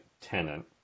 tenant